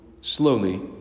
slowly